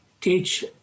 teach